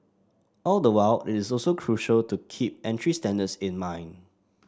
all the while it is also crucial to keep entry standards in mind